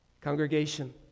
Congregation